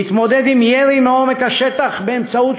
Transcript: להתמודד עם ירי מעומק השטח באמצעות